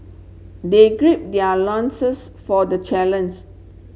they gird their nonsense for the